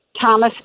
Thomas